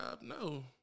No